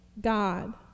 God